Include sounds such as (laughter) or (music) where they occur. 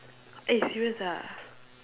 eh serious ah (noise)